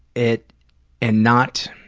it and not